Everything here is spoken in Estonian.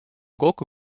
kokku